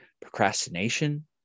procrastination